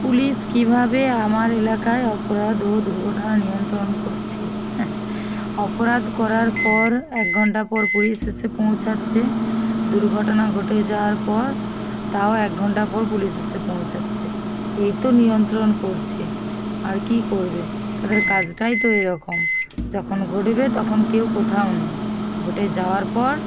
police কীভাবে আমার এলাকায় অপরাধ ও দুর্ঘটনা নিয়ন্ত্রণ করছে অপরাধ করার পর এক ঘন্টা পর পুলিশ এসে পৌঁছাচ্ছে দুর্ঘটনা ঘটে যাওয়ার পর তাও এক ঘন্টা পর পুলিশ এসে পৌঁছাচ্ছে এই তো নিয়ন্ত্রণ করছে আর কী করবে তাদের কাজটাই তো এরকম যখন ঘটবে তখন কেউ কোথাও নেই ঘটে যাওয়ার পর